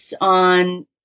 on